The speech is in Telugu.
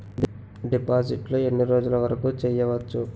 డిపాజిట్లు ఎన్ని రోజులు వరుకు చెయ్యవచ్చు?